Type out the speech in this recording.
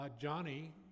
Johnny